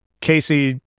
Casey